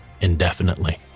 indefinitely